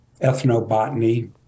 ethnobotany